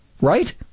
Right